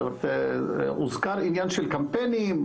הוזכר עניין של קמפיינים,